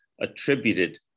attributed